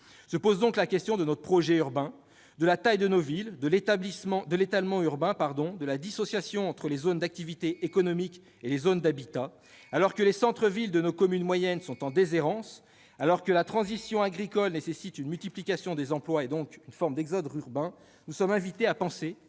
se pose est celle de notre projet urbain, de la taille de nos villes, de l'étalement urbain, de la dissociation entre les zones d'activités économiques et les zones d'habitat. Alors que les centres-villes de nos communes moyennes sont en déshérence, que la transition agricole nécessite une multiplication des emplois et, donc, une forme d'exode urbain, nous sommes amenés à considérer